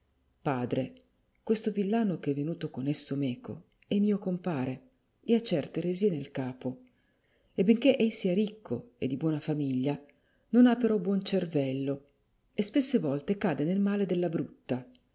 padre questo villano ch'è venuto con esso meco è mio compare e ha certe eresie nel capo e benché ei sia ricco e di buona famiglia non ha però buon cervello e spesse volte cade del male della brutta